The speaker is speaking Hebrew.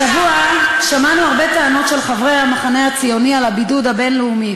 השבוע שמענו הרבה טענות של חברי המחנה הציוני על הבידוד הבין-לאומי,